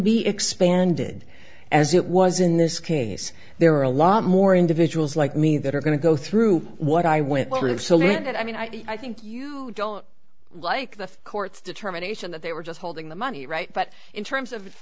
be expanded as it was in this case there are a lot more individuals like me that are going to go through what i went through so that i mean i think you don't like the court's determination that they were just holding the money right but in terms of